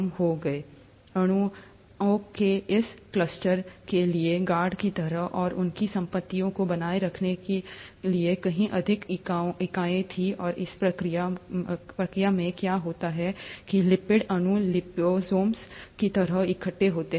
अणुओं के इन क्लस्टर के लिए गार्ड की तरह और उनकी संपत्तियों को बनाए रखने के लिए कहीं अधिक इकाई थी और इस प्रक्रिया में क्या होता है कि लिपिड अणु लिपोसोम की तरह इकट्ठे होते